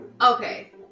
Okay